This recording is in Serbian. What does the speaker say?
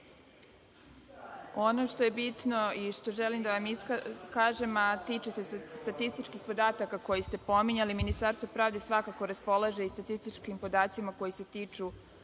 što je bitno i što želim da vam kažem, a tiče se statističkih podataka koje ste pominjali, Ministarstvo pravde svakako raspolaže statističkim podacima koji se tiču